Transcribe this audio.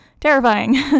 terrifying